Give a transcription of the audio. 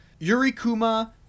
yurikuma